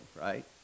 right